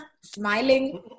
smiling